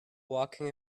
walking